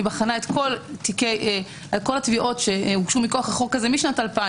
היא בחנה את כל התביעות שהוגשו מכוח החוק הזה מאז 2000,